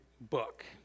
book